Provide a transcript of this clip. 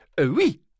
oui